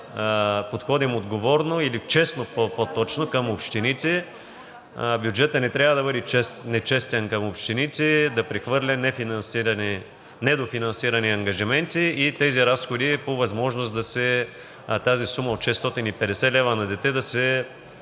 подходим отговорно или по-точно честно към общините. Бюджетът не трябва да бъде нечестен към общините, да прехвърля недофинансирани ангажименти и тези разходи по възможност, тази сума от 650 лв. на дете да се